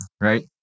right